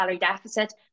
deficit